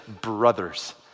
brothers